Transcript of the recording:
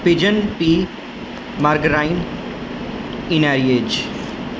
pigeon پی margarine انیناری H